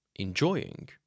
enjoying